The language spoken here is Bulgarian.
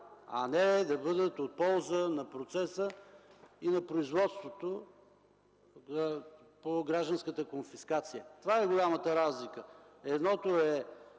а не да бъдат от полза на процеса и на производството по гражданската конфискация. Това е голямата разлика. Едното е